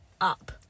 up